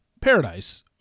paradise